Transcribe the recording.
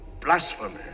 Blasphemy